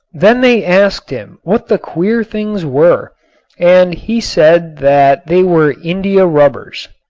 then they asked him what the queer things were and he said that they were india rubbers.